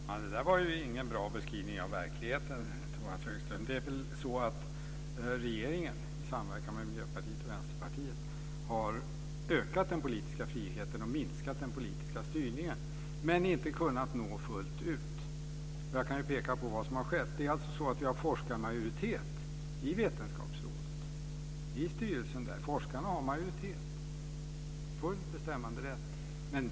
Fru talman! Det där var ju ingen bra beskrivning av verkligheten, Tomas Högström. Det är väl så att regeringen, i samverkan med Miljöpartiet och Vänsterpartiet, har ökat den politiska friheten och minskat den politiska styrningen men inte kunnat klara det fullt ut. Jag kan ju peka på vad som har skett. Vi har alltså forskarmajoritet i Vetenskapsrådet, i styrelsen där. Forskarna har majoritet och full bestämmanderätt.